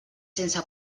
sense